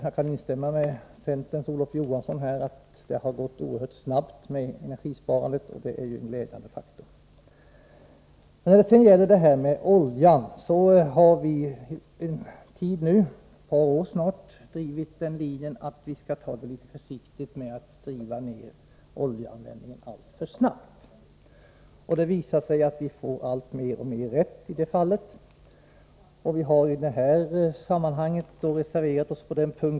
Jag kan hålla med centerns Olof Johansson om att energisparandet har gått oerhört snabbt. Det är ett glädjande faktum. Under ett par år har vi drivit den linjen att man skall ta det litet försiktigt och inte minska oljeanvändningen alltför snabbt. Det har visat sig att vi får alltmer rätt i det fallet. Vi har i detta sammanhang reserverat oss.